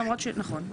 נכון.